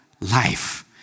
life